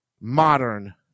modern